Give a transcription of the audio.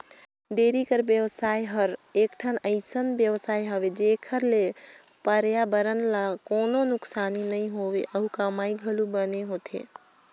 dairy कर बेवसाय हर एकठन अइसन बेवसाय हवे जेखर ले परयाबरन ल कोनों नुकसानी नइ होय अउ कमई घलोक बने होथे